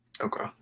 Okay